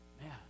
man